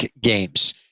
games